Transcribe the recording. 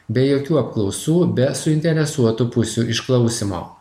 be jokių apklausų be suinteresuotų pusių išklausymo